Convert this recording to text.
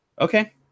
Okay